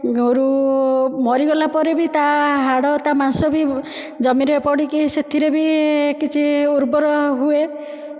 ଗୋରୁ ମରିଗଲା ପରେ ବି ତା' ହାଡ଼ ତା' ମାଂସ ବି ଜମିରେ ପଡ଼ିକି ସେଥିରେ ବି କିଛି ଉର୍ବର ହୁଏ